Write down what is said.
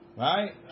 right